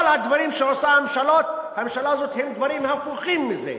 כל הדברים שעושה הממשלה הזאת הם דברים הפוכים מזה.